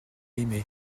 aimait